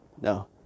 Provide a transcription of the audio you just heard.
no